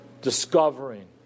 Discovering